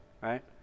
right